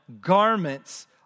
garments